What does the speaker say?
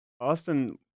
Austin